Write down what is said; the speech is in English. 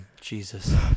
Jesus